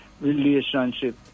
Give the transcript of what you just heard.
Relationship